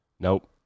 Nope